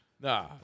Nah